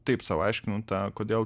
taip sau aiškinu tą kodėl